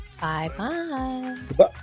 Bye-bye